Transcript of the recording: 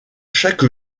chaque